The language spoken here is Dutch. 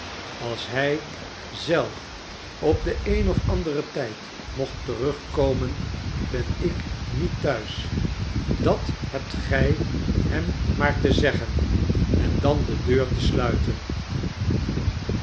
als hij zelf op den een of anderen tijd mocht terugkomen ben ik niet thuis dat hebt gij hem maar te zeggen en dan de deur te sluiten